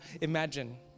imagine